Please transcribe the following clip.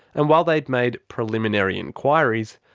and while they'd made preliminary inquiries,